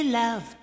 love